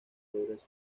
progreso